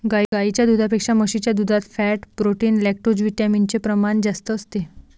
गाईच्या दुधापेक्षा म्हशीच्या दुधात फॅट, प्रोटीन, लैक्टोजविटामिन चे प्रमाण जास्त असते